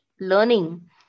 learning